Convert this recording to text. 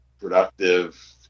productive